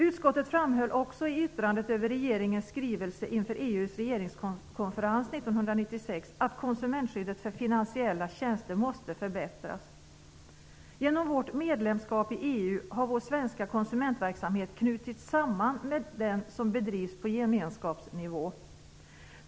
Utskottet framhöll också i yttrandet över regeringens skrivelse inför EU:s regeringskonferens 1996 att konsumentskyddet för finansiella tjänster måste förbättras. Genom vårt medlemskap i EU har vår svenska konsumentverksamhet knutits samman med den som bedrivs på gemenskapsnivå.